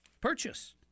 purchase